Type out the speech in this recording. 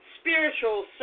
spiritual